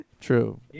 True